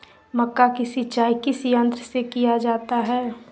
मक्का की सिंचाई किस यंत्र से किया जाता है?